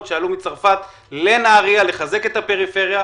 שעלו מצרפת לנהריה לחזק את הפריפריה,